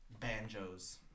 Banjos